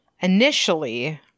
initially